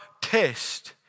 test